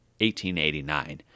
1889